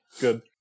Good